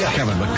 Kevin